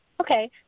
Okay